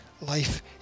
Life